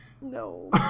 No